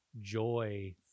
joy